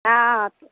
हँ हँ